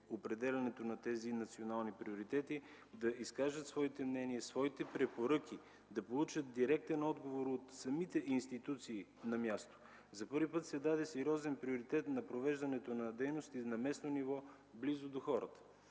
определянето на тези национални приоритети, да изкажат своите мнения, своите препоръки, да получат директен отговор от самите институции на място. За първи път се даде сериозен приоритет на провеждането на дейности на местно ниво „Близо до хората”.